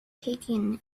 taken